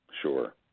Sure